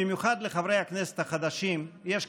במיוחד לחברי הכנסת החדשים: יש כאן,